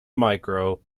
micro